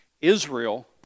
Israel